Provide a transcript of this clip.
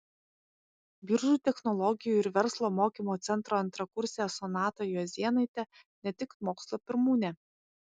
biržų technologijų ir verslo mokymo centro antrakursė sonata juozėnaitė ne tik mokslo pirmūnė